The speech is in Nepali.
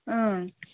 अँ